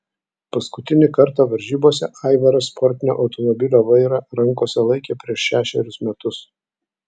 paskutinį kartą varžybose aivaras sportinio automobilio vairą rankose laikė prieš šešerius metus